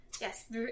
Yes